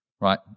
Right